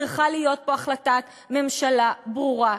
צריכה להיות פה החלטת ממשלה ברורה.